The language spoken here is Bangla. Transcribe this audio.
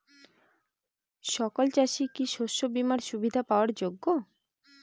সকল চাষি কি শস্য বিমার সুবিধা পাওয়ার যোগ্য?